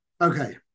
Okay